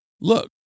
Look